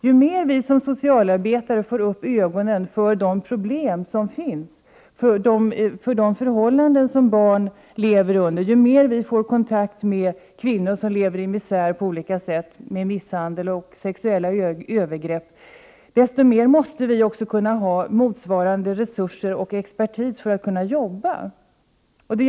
Ju mer vi socialarbetare får upp ögonen för de problem som finns, de förhållanden som barn lever under och ju mer vi får kontakt med kvinnor som lever i misär på olika sätt med misshandel och sexuella övergrepp, desto mer behöver vi tillgång till motsvarande resurser och expertis för att kunna uträtta vårt arbete.